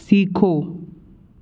सीखो